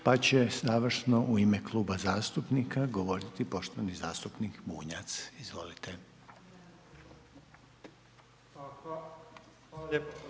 Pa će završno u ime Kluba zastupnika govoriti poštovani zastupnik Bunjac. Izvolite. **Bunjac,